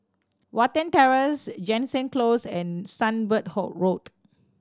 Watten Terrace Jansen Close and Sunbird Hall Road